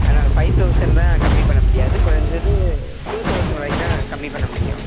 ஆனால் five thousand தான் கம்மி பண்ண முடியாது குறைஞ்சது டூ தௌசண்ட் வரைக்கு தான் கம்மி பண்ண முடியும்